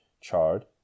chard